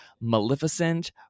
maleficent